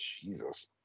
Jesus